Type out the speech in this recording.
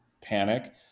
panic